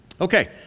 Okay